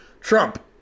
Trump